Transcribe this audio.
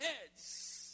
heads